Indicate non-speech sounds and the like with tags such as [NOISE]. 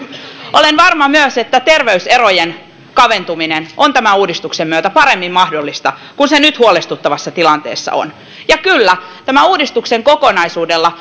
olen varma myös että terveyserojen kaventuminen on tämän uudistuksen myötä paremmin mahdollista kuin se nyt huolestuttavassa tilanteessa on ja kyllä tällä uudistuksen kokonaisuudella [UNINTELLIGIBLE]